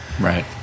Right